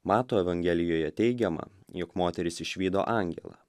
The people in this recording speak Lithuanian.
mato evangelijoje teigiama jog moteris išvydo angelą